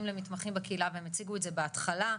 למתמחים בקהילה והם הציגו את זה בהתחלה,